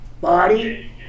body